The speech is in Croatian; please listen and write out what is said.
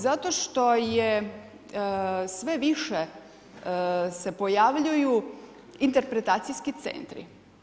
Zato što je sve više se pojavljuju interpretacijski centri.